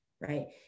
right